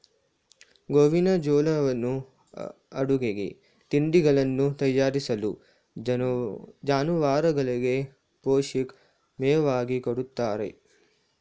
ಗೋವಿನಜೋಳವನ್ನು ಅಡುಗೆಗೆ, ತಿಂಡಿಗಳನ್ನು ತಯಾರಿಸಲು, ಜಾನುವಾರುಗಳಿಗೆ ಪೌಷ್ಟಿಕ ಮೇವಾಗಿ ಕೊಡುತ್ತಾರೆ